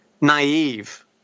naive